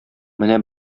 менә